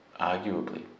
Arguably